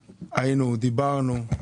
בוועדה, דיברנו,